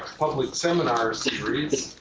public seminar series.